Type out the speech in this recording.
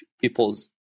people's